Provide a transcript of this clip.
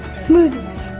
smoothies.